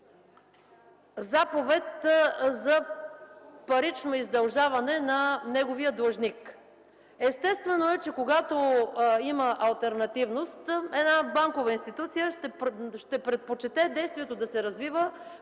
заповедта за парично издължаване на неговия длъжник. Естествено, когато има алтернативност, една банкова институция ще предпочете действието да се развива